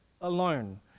alone